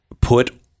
put